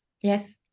yes